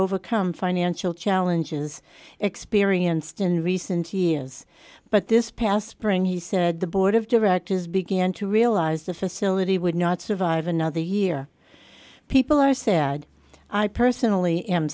overcome financial challenges experienced in recent years but this past spring he said the board of directors began to realize the facility would not survive another year people are sad i personally am